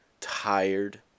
tired